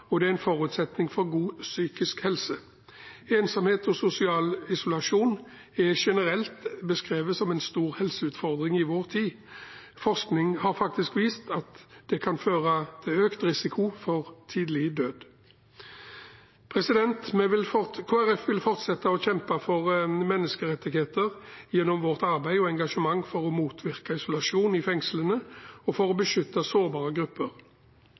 og det er en forutsetning for god psykisk helse. Ensomhet og sosial isolasjon er generelt beskrevet som en stor helseutfordring i vår tid. Forskning har faktisk vist at det kan føre til økt risiko for tidlig død. Kristelig Folkeparti vil fortsette å kjempe for menneskerettigheter gjennom vårt arbeid og engasjement for å motvirke isolasjon i fengslene og for å beskytte sårbare grupper.